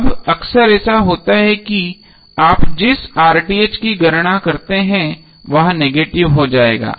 अब अक्सर ऐसा होता है कि आप जिस की गणना करते हैं वह नेगेटिव हो जाएगा